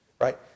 Right